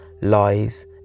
lies